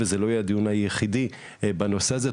וזה לא יהיה הדיון היחידי בנושא הזה.